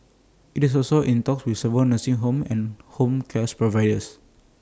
IT is also in talks with several nursing homes and home cares providers